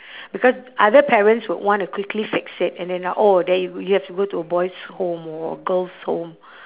because other parents would want to quickly fix it and then are oh then you you have to go to a boys' home or girls' home